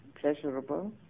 pleasurable